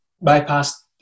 bypass